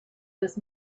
this